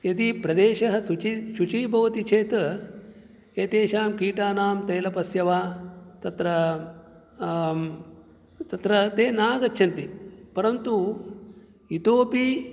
यदि प्रदेशः सुचि शुचिः भवति चेत् एतेषां कीटानां तेलपस्य वा तत्र तत्र ते नागच्छन्ति परन्तु इतोपि